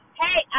hey